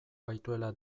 gaituela